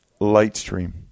Lightstream